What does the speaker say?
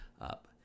up